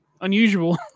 unusual